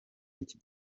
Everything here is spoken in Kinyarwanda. y’iki